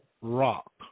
Rock